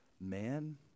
man